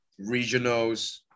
regionals